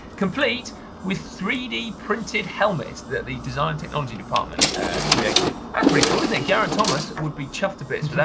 complete with three d printed helmet that the design technology department created. that's pretty cool isn't it? geraint thomas would be chuffed a bit for that,